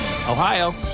Ohio